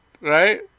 Right